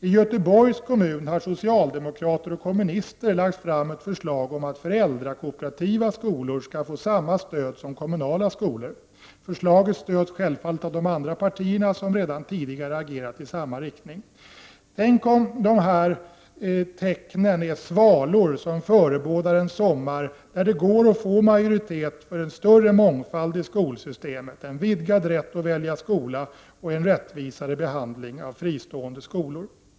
I Göteborgs kommun har socialdemokrater och kommunister lagt fram ett förslag om att föräldrakooperativa skolor skall få samma stöd som kommunala skolor. Förslaget stöds självfallet av de andra partierna, som redan tidigare har agerat i samma riktning. Tänk om dessa tecken är svalor som förebådar en sommar, där det går att få majoritet för en större mångfald i skolsystemet, en vidgad rätt att välja skola och en rättvisare behandling av fristående skolor.